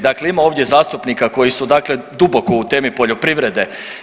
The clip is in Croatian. Dakle ima ovdje zastupnika koji su dakle duboko u temi poljoprivrede.